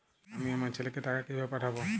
আমি আমার ছেলেকে টাকা কিভাবে পাঠাব?